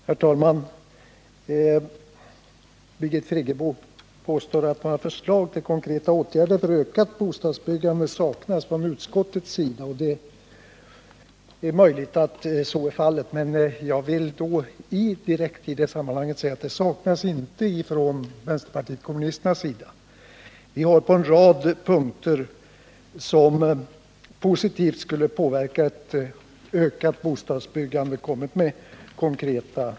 Herr talman! Birgit Friggebo påstår att förslag till konkreta åtgärder för ökat bostadsbyggande saknas från utskottets sida, och det är möjligt att så är fallet. Men jag vill i direkt sammanhang med det säga att det saknas inte förslag från vpk:s sida. Vi har på en rad punkter kommit med konkreta förslag, som positivt skulle ha påverkat till ett ökat bostadsbyggande.